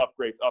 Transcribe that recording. upgrades